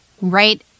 right